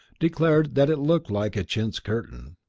declared that it looked like a chintz curtain.